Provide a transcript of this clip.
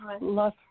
love